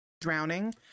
drowning